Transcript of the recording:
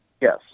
yes